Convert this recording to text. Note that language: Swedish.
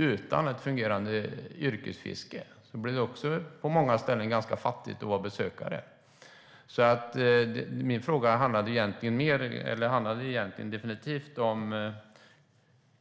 Utan ett fungerande yrkesfiske blir det nämligen också ganska fattigt att vara besökare på många ställen. Min fråga handlade egentligen om